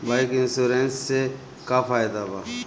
Bike insurance से का फायदा बा?